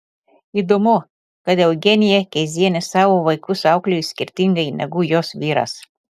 įdomu kad eugenija kezienė savo vaikus auklėjo skirtingai negu jos vyras